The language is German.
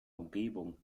umgebung